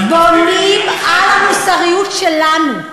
הטרוריסטים בונים על המוסריות שלנו.